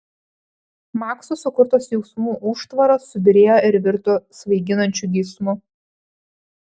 makso sukurtos jausmų užtvaros subyrėjo ir virto svaiginančiu geismu